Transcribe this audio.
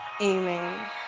Amen